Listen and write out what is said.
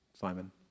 Simon